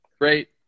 Great